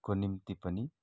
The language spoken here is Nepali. को निम्ति पनि